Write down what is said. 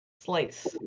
slice